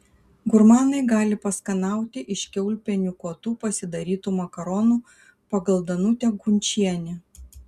gurmanai gali paskanauti iš kiaulpienių kotų pasidarytų makaronų pagal danutę kunčienę